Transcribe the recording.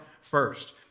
first